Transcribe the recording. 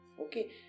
okay